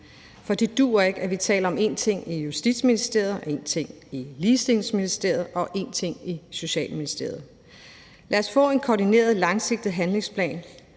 for det duer ikke, at vi taler om én ting i Justitsministeriet, om én ting i Ligestillingsministeriet og om én ting i Socialministeriet. Lad os få en koordineret, langsigtet handlingsplan,